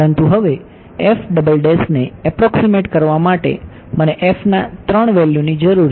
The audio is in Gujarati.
પરંતુ હવે ને એપ્રોક્સીમેટ કરવા માટે મને f ના 3 વેલ્યૂની જરૂર છે